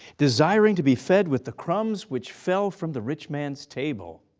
desiring to be fed with the crumbs which fell from the rich man's table.